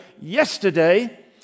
yesterday